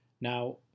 Now